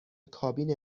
کابین